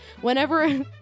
whenever